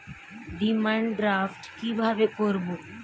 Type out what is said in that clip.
Demand draft কীভাবে করব?